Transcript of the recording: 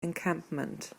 encampment